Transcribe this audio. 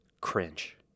cringe